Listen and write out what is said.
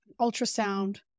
ultrasound